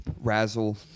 Razzle